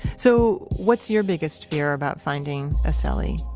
so, what's your biggest fear about finding a cellie?